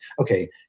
okay